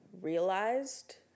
realized